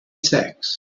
sacks